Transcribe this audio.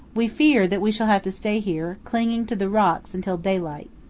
we fear that we shall have to stay here, clinging to the rocks until daylight.